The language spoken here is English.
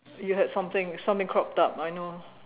you had something something cropped up I know